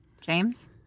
James